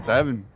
Seven